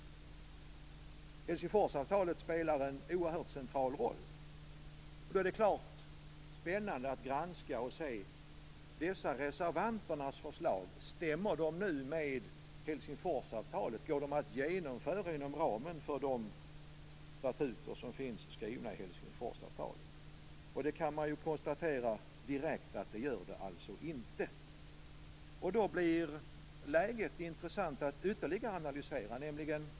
Helsingforsavtalet spelar en oerhört central roll. Då är det klart spännande att granska och se om reservanternas förslag stämmer med Helsingforsavtalet. Går de att genomföra inom ramen för de statuter som finns skrivna i Helsingforsavtalet? Det kan man direkt konstatera att de inte gör. Då blir det intressant att analysera läget ytterligare.